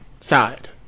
side